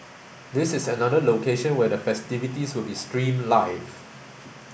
this is another location where the festivities will be streamed live